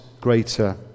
greater